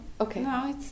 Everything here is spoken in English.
Okay